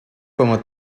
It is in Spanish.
como